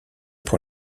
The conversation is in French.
pour